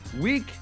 week